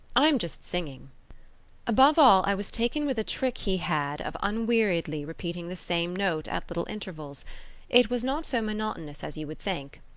i am just singing above all, i was taken with a trick he had of unweariedly repeating the same note at little intervals it was not so monotonous as you would think,